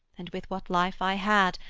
and with what life i had,